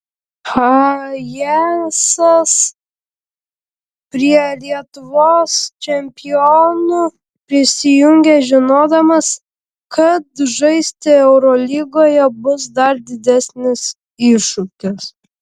hayesas prie lietuvos čempionų prisijungė žinodamas kad žaisti eurolygoje bus dar didesnis iššūkis